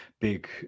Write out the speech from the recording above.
big